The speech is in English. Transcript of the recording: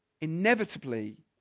inevitably